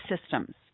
systems